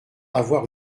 avoir